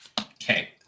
Okay